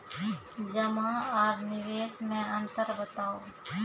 जमा आर निवेश मे अन्तर बताऊ?